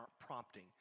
prompting